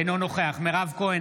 אינו נוכח מירב כהן,